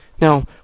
Now